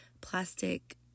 plastic